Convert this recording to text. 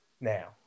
now